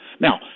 Now